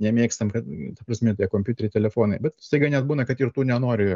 nemėgstam kad ta prasme tie kompiuteriai telefonai bet staiga net būna kad ir tų nenori